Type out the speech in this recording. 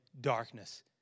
darkness